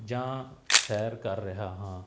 ਜਾਂ ਸੈਰ ਕਰ ਰਿਹਾ ਹਾਂ